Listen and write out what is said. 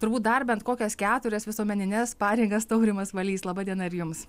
turbūt dar bent kokias keturias visuomenines pareigas tautrimas valys laba diena ir jums